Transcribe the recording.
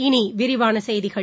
இனி விரிவான செய்திகள்